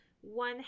One